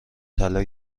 طلا